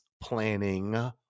Planning